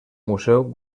museu